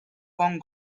kong